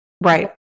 Right